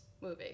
movie